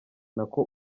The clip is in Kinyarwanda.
nako